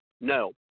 no